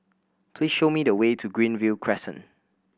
please show me the way to Greenview Crescent